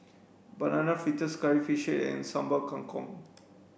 banana fritters curry fish and sambal kangkong